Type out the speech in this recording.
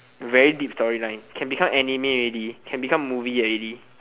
very deep storyline can become anime already can become movie already